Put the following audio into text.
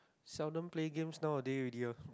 seldom play games nowadays already lor